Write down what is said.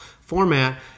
format